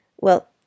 Well